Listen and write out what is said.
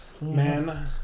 man